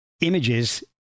images